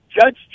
Judge